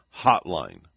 hotline